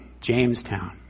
Jamestown